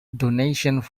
donations